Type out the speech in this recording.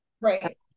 Right